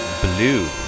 Blue